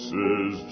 Says